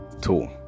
tool